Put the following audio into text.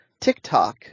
TikTok